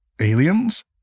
Aliens